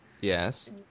Yes